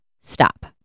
stop